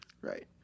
right